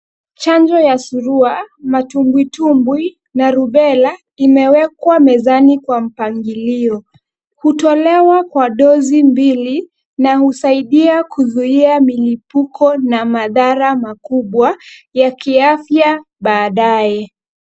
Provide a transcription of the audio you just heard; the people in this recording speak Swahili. Chanjo ya surua, matumbwi tumbwi na rubella imewekwa mezani kwa mpangilio. Hutolewa kwa dozi mbili na husaidia kuzuia milipuko na madhara makubwa ya kiafya baadae.